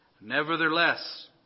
Nevertheless